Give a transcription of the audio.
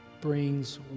brings